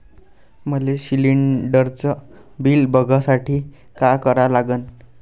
मले शिलिंडरचं बिल बघसाठी का करा लागन?